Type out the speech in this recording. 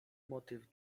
motyw